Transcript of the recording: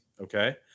okay